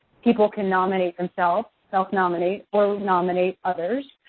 people can nominate themselves, self-nominate, or nominate others.